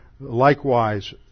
Likewise